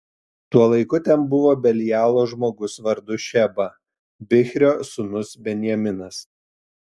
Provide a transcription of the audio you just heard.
tuo laiku ten buvo belialo žmogus vardu šeba bichrio sūnus benjaminas